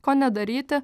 ko nedaryti